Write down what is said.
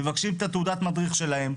מבקשים את תעודת המדריך שלהם,